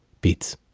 beats